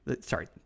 Sorry